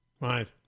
Right